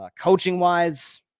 coaching-wise